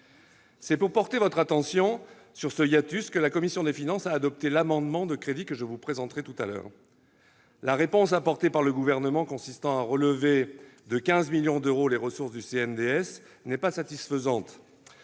C'est pour porter votre attention sur ce hiatus que la commission des finances a adopté l'amendement de crédits que je vous présenterai. La réponse apportée par le Gouvernement, consistant à relever de 15 millions d'euros les ressources du CNDS, n'est pas satisfaisante.